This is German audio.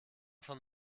von